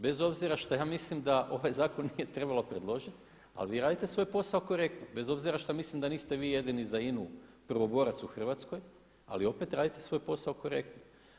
Bez obzira šta ja mislim da ovaj zakon nije trebalo predložiti ali vi radite svoj posao korektno bez obzira što mislim da niste vi jedini za INA-u prvoborac u Hrvatskoj ali opet radite svoj posao korektno.